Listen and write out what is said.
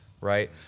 right